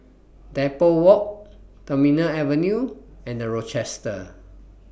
Depot Walk Terminal Avenue and The Rochester